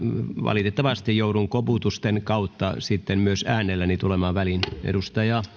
valitettavasti joudun koputusten kautta ja sitten myös äänelläni tulemaan väliin edustaja